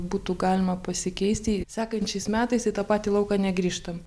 būtų galima pasikeisti į sekančiais metais į tą patį lauką negrįžtam